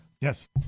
Yes